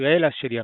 וונצואלה של ימינו.